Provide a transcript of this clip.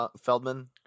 Feldman